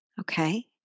Okay